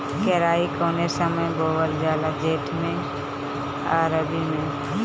केराई कौने समय बोअल जाला जेठ मैं आ रबी में?